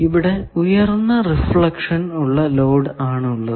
ഇവിടെ ഉയർന്ന റിഫ്ലക്ഷൻ ഉള്ള ലോഡ് ആണ് ഉള്ളത്